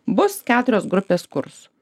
bus keturios grupės kursų